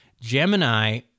Gemini